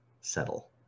settle